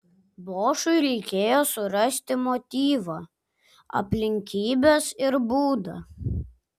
bošui reikėjo surasti motyvą aplinkybes ir būdą